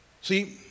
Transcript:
See